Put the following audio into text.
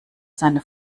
seine